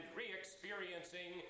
re-experiencing